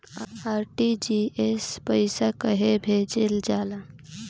RTGS से पइसा कहे भेजल जाला?